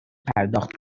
پرداخت